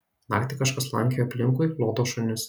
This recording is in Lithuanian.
naktį kažkas slankioja aplinkui lodo šunis